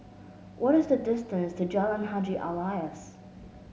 what is the distance to Jalan Haji Alias